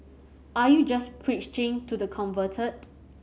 are you just preaching to the converted